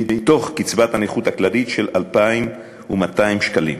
מתוך קצבת הנכות הכללית של 2,200 שקלים